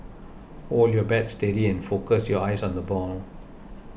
hold your bat steady and focus your eyes on the ball